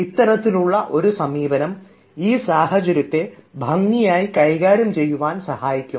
ഇത്തരത്തിലുള്ള ഒരു സമീപനം ഈ സാഹചര്യത്തെ ഭംഗിയായി കൈകാര്യം ചെയ്യുവാൻ സഹായിക്കും